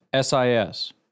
SIS